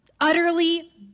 Utterly